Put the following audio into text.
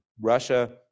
russia